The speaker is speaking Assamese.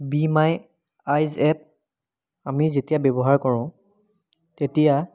বি মাই আই জেড আমি যেতিয়া ব্যৱহাৰ কৰোঁ তেতিয়া